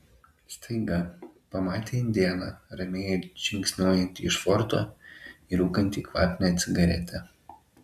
staiga pamatė indėną ramiai atžingsniuojantį iš forto ir rūkantį kvapnią cigaretę